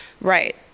Right